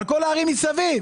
על כל הערים מסביב.